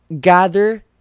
gather